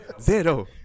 Zero